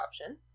option